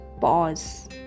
pause